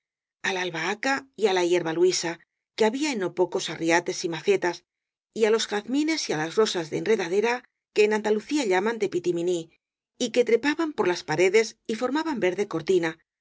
á la albahaca y á la hierbaluisa que había en no pocos arriates y macetas y á los jazmines y á las rosas de enredadera que en an dalucía llaman de pitiminí y que trepaban por las paredes y formaban verde cortina